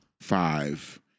five